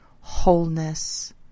wholeness